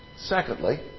Secondly